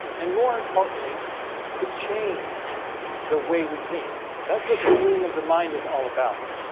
and more importantly to change the way we think that's what the renewing of the mind is all about.